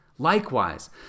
Likewise